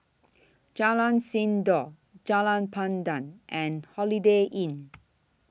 Jalan Sindor Jalan Pandan and Holiday Inn